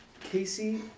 Casey